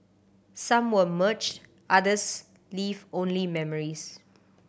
some were merged others leave only memories